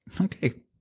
okay